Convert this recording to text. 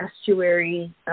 estuary